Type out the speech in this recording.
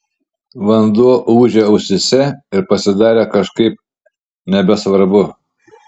vanduo ūžė ausyse ir pasidarė kažkaip nebesvarbu